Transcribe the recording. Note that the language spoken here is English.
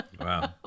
Wow